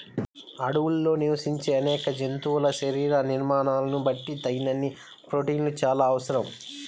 అడవుల్లో నివసించే అనేక జంతువుల శరీర నిర్మాణాలను బట్టి తగినన్ని ప్రోటీన్లు చాలా అవసరం